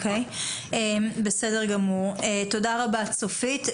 בסדר גמור, תודה רבה צופית.